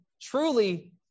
truly